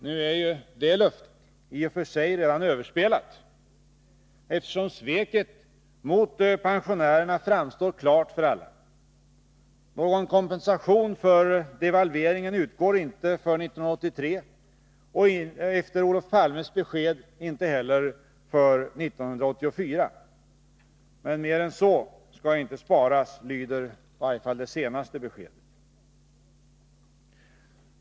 Nu är det löftet i och för sig redan överspelat, eftersom sveket mot pensionärerna framstår klart för alla. Någon kompensation för devalveringen utgår inte för 1983 och efter Olof Palmes besked inte heller för 1984. Men mer än så skall inte sparas, lyder i varje fall det senaste beskedet.